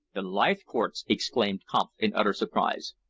the leithcourts! exclaimed kampf in utter surprise.